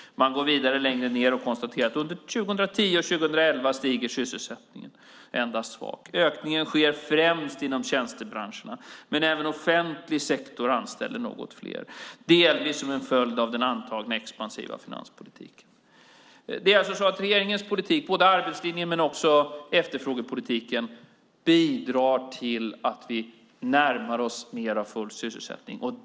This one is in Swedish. Man går vidare och konstaterar att under 2010 och 2011 stiger sysselsättningen endast svagt. Ökningen sker främst inom tjänstebranscherna, men även offentlig sektor anställer något fler delvis som en följd av den antagna expansiva finanspolitiken. Så säger KI. Regeringens politik - både arbetslinjen och efterfrågepolitiken - bidrar alltså till att vi närmar oss mer av full sysselsättning.